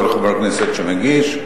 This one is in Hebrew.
כל חבר כנסת שמגיש,